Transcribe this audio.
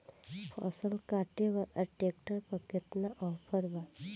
फसल काटे वाला ट्रैक्टर पर केतना ऑफर बा?